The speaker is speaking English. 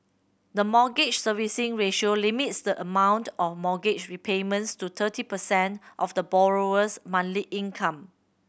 the Mortgage Servicing Ratio limits the amount of mortgage repayments to thirty percent of the borrower's monthly income